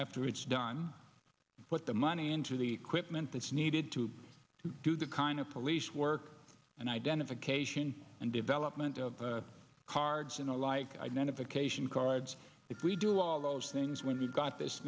to it's done put the money into the equipment that's needed to do the kind of police work and identification and development of cards and the like identification cards if we do all those things when we've got this